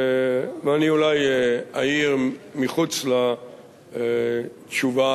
ואני אולי אעיר מחוץ לתשובה